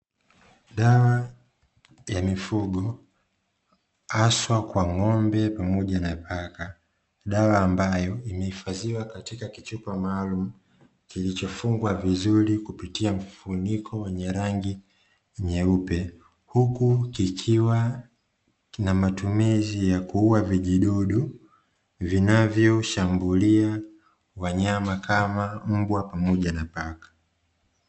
Dawa ya mifugo haswa kwa ng'ombe pamoja na paka, dawa mbayo imehifadhiwa katika kichupa maalumu kilichofungwa vizuri kupitia mfuniko wenye rangi nyeupe huku kikiwa kina matumizi ya kuuwa vijidudu vinavyoshambulia wanyama kama mbwa pamoja na paka.